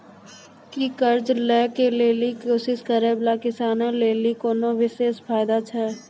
कि कर्जा लै के लेली कोशिश करै बाला किसानो लेली कोनो विशेष फायदा छै?